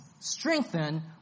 Strengthen